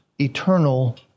eternal